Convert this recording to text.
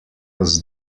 was